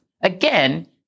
again